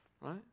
right